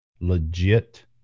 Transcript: legit